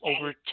over